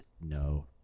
no